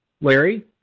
Larry